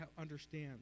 understand